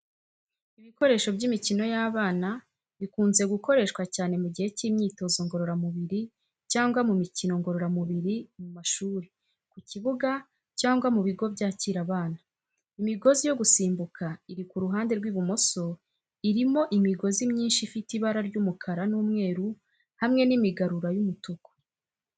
Ibikoresho by'imikino y'abana, bikunze gukoreshwa cyane mu gihe cy'imyitozo ngororamubiri cyangwa mu mikino ngororamubiri mu mashuri, ku bibuga, cyangwa mu bigo byakira abana. Imigozi yo gusimbuka iri ku ruhande rw'ibumoso, irimo imigozi myinshi ifite ibara ry'umukara n'umweru hamwe n'imigarura y'umutuku.